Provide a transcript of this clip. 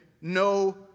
no